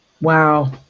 Wow